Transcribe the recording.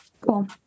Cool